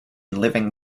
living